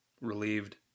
Relieved